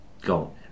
Go